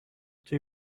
two